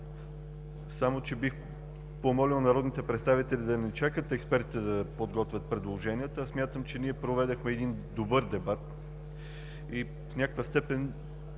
приложим. Бих помолил народните представители да не чакат експертите да подготвят предложенията. Мисля, че проведохме добър дебат и в някаква степен